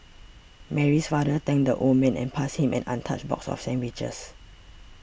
Mary's father thanked the old man and passed him an untouched box of sandwiches